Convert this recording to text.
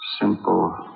Simple